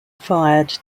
fired